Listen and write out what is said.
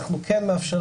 אנחנו כן מאפשרים,